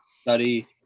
study